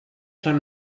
son